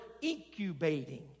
incubating